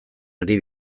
ari